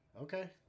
Okay